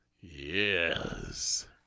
Yes